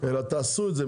אלא תעשו את זה,